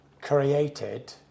created